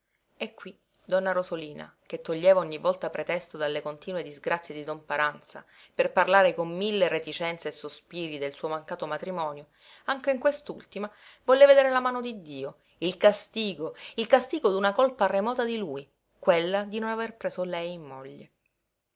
e qui donna rosolina che toglieva ogni volta pretesto dalle continue disgrazie di don paranza per parlare con mille reticenze e sospiri del suo mancato matrimonio anche in quest'ultima volle vedere la mano di dio il castigo il castigo d'una colpa remota di lui quella di non aver preso lei in moglie